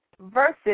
versus